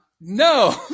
No